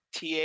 TA